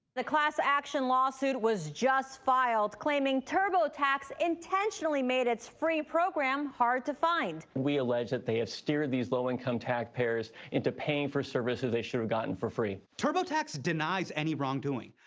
the class-action lawsuit was just filed, claiming turbotax intentionally made its free program hard to find. we allege that they had steered these low-income taxpayers into paying for services they should have gotten for free. turbotax denies any wrongdoing,